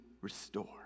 restore